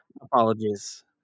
Apologies